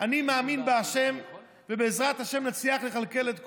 אני מאמין בהשם, ובעזרת השם, נצליח לכלכל את כולם.